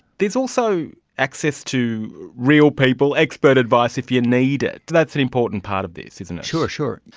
there is also access to real people, expert advice if you need it. that's an important part of this, isn't it. sure, sure,